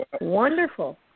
wonderful